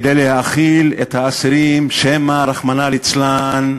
כדי להאכיל את האסירים, שמא, רחמנא ליצלן,